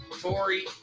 Tori